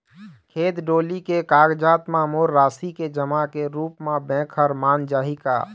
खेत डोली के कागजात म मोर राशि के जमा के रूप म बैंक हर मान जाही का?